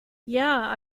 yeah